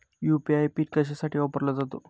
UPI PIN कशासाठी वापरला जातो?